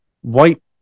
white